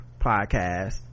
podcast